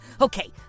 Okay